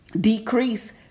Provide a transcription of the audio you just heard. decrease